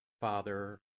Father